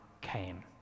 came